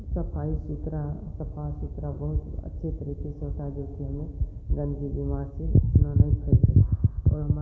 बहुत अच्छे तरीक़े से होता है के बीमा से और हमारे